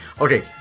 Okay